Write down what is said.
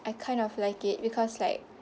I kind of like it because like